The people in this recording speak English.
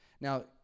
Now